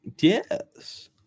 Yes